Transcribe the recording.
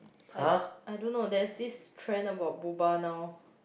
I I don't know there's this trend about Boba now